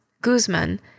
Guzman